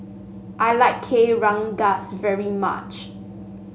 I like Kueh Rengas very much